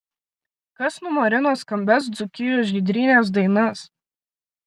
kas numarino skambias dzūkijos žydrynės dainas